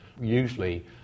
usually